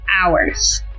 hours